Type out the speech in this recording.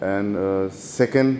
and second